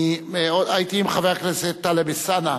הייתי עם חבר הכנסת טלב אלסאנע,